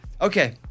Okay